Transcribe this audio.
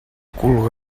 cul